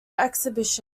exhibitions